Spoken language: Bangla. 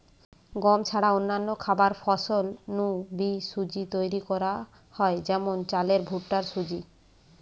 গম ছাড়া অন্যান্য খাবার ফসল নু বি সুজি তৈরি করা হয় যেমন চালের ভুট্টার সুজি